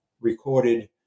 recorded